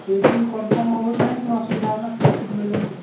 ସିଏ ବି କନଫର୍ମ ହେବକି ନାହିଁ ପୁଣି ଅସୁବିଧା ହେବନା ସିଟ୍ ଫିଟ୍ ମିଳିବନି